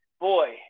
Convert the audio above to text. boy